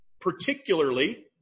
particularly